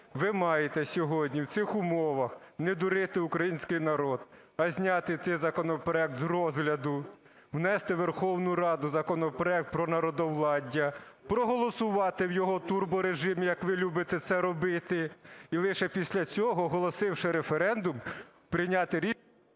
ви маєте сьогодні в цих умовах не дурити український народ, а зняти цей законопроект з розгляду, внести у Верховну Раду законопроект про народовладдя, проголосувати його в турборежимі, як ви любите це робити. І лише після цього, оголосивши референдум, прийняти рішення...